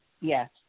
yes